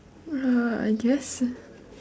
uh I guess